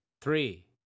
three